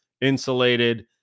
insulated